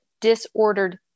disordered